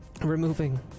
removing